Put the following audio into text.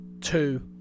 two